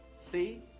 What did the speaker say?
See